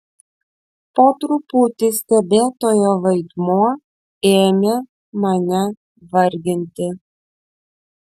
po truputį stebėtojo vaidmuo ėmė mane varginti